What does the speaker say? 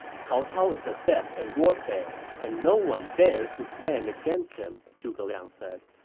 cao cao is adept at warfare, and no one dares to stand against him, zhuge liang said.